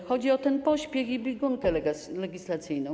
Chodzi o ten pośpiech i biegunkę legislacyjną.